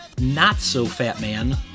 not-so-fat-man